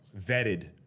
vetted